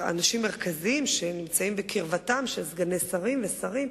מהאנשים המרכזיים שנמצאים בקרבתם של סגני שרים ושרים: